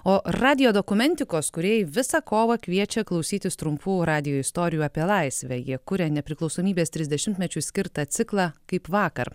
o radijo dokumentikos kūrėjai visą kovą kviečia klausytis trumpų radijo istorijų apie laisvę jie kuria nepriklausomybės trisdešimtmečiui skirtą ciklą kaip vakar